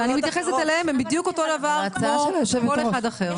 אני מתייחסת אליהם בדיוק אותו דבר כמו כל אחד אחר.